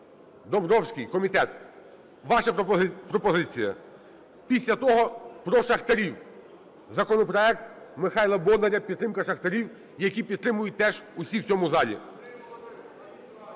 Домбровський, комітет, ваша пропозиція. Після того про шахтарів законопроект Михайла Бондаря підтримка шахтарів, які підтримують теж усі в цьому залі.